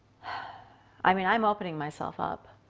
i mean i'm opening myself up.